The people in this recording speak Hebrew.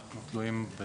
אנחנו תלויים.